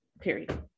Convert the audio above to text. period